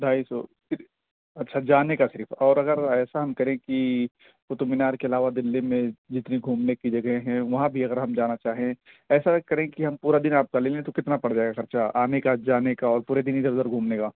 ڈھائی سو اچھا جانے کا صرف اور اگر ایسا ہم کریں گے کہ قطب مینار کے علاوہ دلی میں جتنی گھومنے کی جگہیں ہیں وہاں بھی اگر ہم جانا چاہیں ایسا کریں کہ ہم پورا دن آپ کا لے لیں تو کتنا پڑ جائے گا خرچا آنے کا جانے اور پورے دن ادھر ادھر گھومنے کا